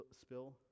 spill